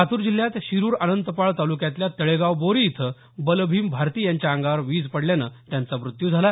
लातूर जिल्ह्यात शिरूर अनंतपाळ तालुक्यातल्या तळेगाव बोरी इथं बलभीम भारती यांच्या अंगावर वीज पडल्यानं त्यांचा मृत्यू झाला